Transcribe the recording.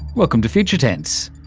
welcome to future tense.